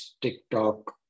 TikTok